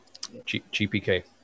GPK